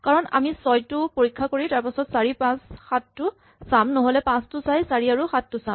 কাৰণ আমি ৬ টো পৰীক্ষা কৰি তাৰপাছত ৪ ৫ আৰু ৭ টো চাম নহ'লে ৫ টো চাই ৪ আৰু ৭ টো চাম